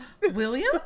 William